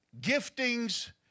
giftings